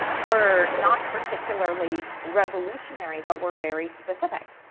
were not particularly revolutionary but were very specific.